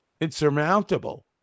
insurmountable